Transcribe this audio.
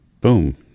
boom